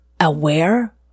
aware